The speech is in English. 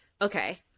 okay